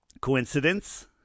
Coincidence